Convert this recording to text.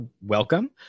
welcome